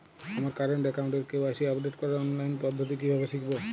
আমার কারেন্ট অ্যাকাউন্টের KYC update করার অনলাইন পদ্ধতি কীভাবে শিখব?